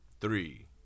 three